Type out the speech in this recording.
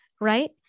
Right